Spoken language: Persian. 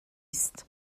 است